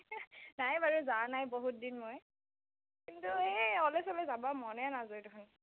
নাই বাৰু যাৱা নাই বহুতদিন মই কিন্তু এই অলৈ তলৈ যাবলৈ মনেই নাযায় দেখোন